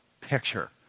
picture